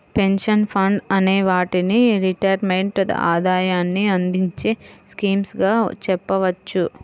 pension funds అనే వాటిని retirement ఆదాయాన్ని అందించే స్కీమ్స్ గా చెప్పవచ్చు